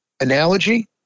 Analogy